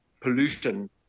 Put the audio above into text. pollution